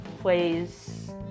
plays